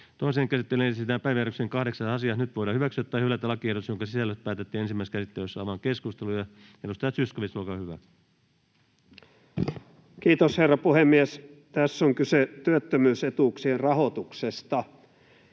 Toiseen käsittelyyn esitellään päiväjärjestyksen 8. asia. Nyt voidaan hyväksyä tai hylätä lakiehdotus, jonka sisällöstä päätettiin ensimmäisessä käsittelyssä. — Avaan keskustelun. Edustaja Zyskowicz, olkaa hyvä. Kiitos, herra puhemies! Tässä on kyse työttömyysetuuksien rahoituksesta.